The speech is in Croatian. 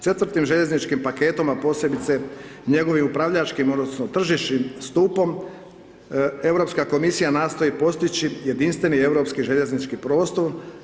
Četvrtim željezničkim paketom a posebice njegovim upravljačkim odnosno tržišnim stupom Europska komisija nastoji postići jedinstveni europski željeznički prostor.